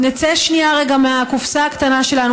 נצא שנייה רגע מהקופסה הקטנה שלנו,